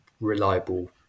reliable